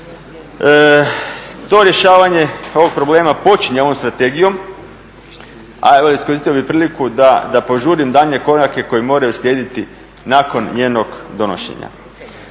To rješavanje ovog problema počinje ovom strategijom, a evo iskoristio bih priliku da požurim daljnje korake koji moraju slijediti nakon njenog donošenja.